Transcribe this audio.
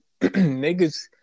niggas